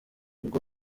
ubwo